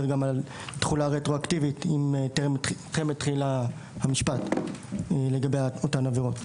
גם על תחולה רטרואקטיבית אם טרם החל המשפט לגבי אותן עבירות.